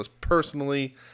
personally